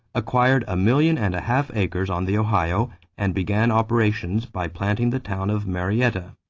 acquired a million and a half acres on the ohio and began operations by planting the town of marietta.